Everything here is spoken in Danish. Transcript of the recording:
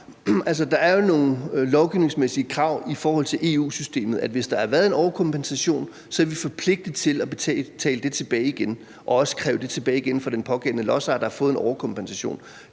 der er jo nogle lovgivningsmæssige krav i forhold til EU-systemet. Hvis der har været en overkompensation, er vi forpligtet til at betale det tilbage igen og også kræve det tilbage igen fra den pågældende lodsejer, der har fået en overkompensation.